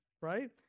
right